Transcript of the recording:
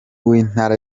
w’intara